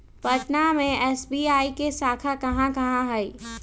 पटना में एस.बी.आई के शाखा कहाँ कहाँ हई